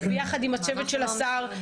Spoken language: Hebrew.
ביחד עם הצוות של השר,